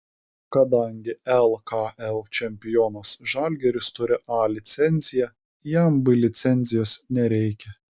kadangi lkl čempionas žalgiris turi a licenciją jam b licencijos nereikia